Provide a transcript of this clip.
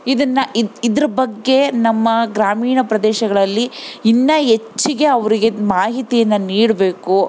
ಇದನ್ನು ಇದು ಇದ್ರ ಬಗ್ಗೆ ನಮ್ಮ ಗ್ರಾಮೀಣ ಪ್ರದೇಶಗಳಲ್ಲಿ ಇನ್ನು ಹೆಚ್ಚಿಗೆ ಅವರಿಗೆ ಮಾಹಿತಿಯನ್ನು ನೀಡಬೇಕು